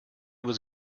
was